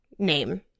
Name